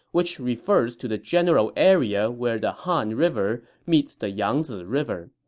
which refers to the general area where the han river meets the yangzi river.